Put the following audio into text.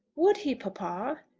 would he, papa?